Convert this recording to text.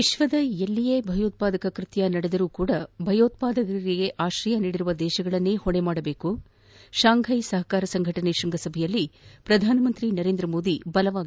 ವಿಶ್ವದ ಎಲ್ಲಿಯೇ ಭಯೋತ್ಪಾದಕ ಕೃತ್ಯ ನಡೆದರೂ ಭಯೋತ್ಪಾದಕರಿಗೆ ಆಶ್ರಯ ನೀಡಿರುವ ದೇಶಗಳನ್ನೇ ಹೊಣೆ ಮಾಡಬೇಕು ಶಾಂಘೈ ಸಹಕಾರ ಸಂಘಟನೆ ಶೃಂಗಸಭೆಯಲ್ಲಿ ಪ್ರಧಾನಿ ನರೇಂದ್ರ ಮೋದಿ ಬಲವಾಗಿ ಆಗ್ರಹ